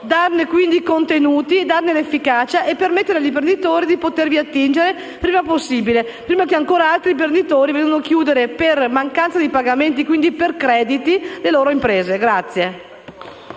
dargli contenuto ed efficacia, per permettere agli imprenditori di attingervi il prima possibile, prima che ancora altri imprenditori debbano chiudere per mancanza di pagamenti, quindi per crediti, le loro imprese.